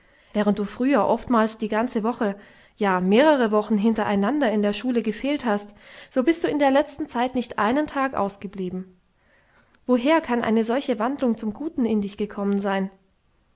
während du früher oftmals die ganze woche ja mehrere wochen hintereinander in der schule gefehlt hast so bist du in der letzten zeit nicht einen tag ausgeblieben woher kann eine solche umwandlung zum guten in dich gekommen sein